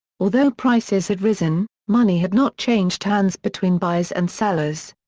although prices had risen, money had not changed hands between buyers and sellers.